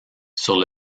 sur